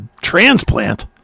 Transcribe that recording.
transplant